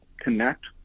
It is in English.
connect